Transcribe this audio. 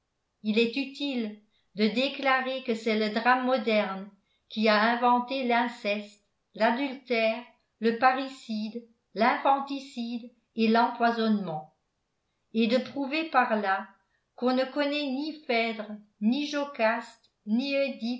il est utile de déclarer que c'est le drame moderne qui a inventé l'inceste l'adultère le parricide l'infanticide et l'empoisonnement et de prouver par là qu'on ne connaît ni phèdre ni jocaste ni